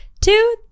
two